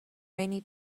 rainy